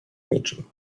niczym